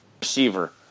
receiver